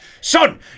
son